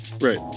Right